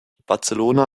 barcelona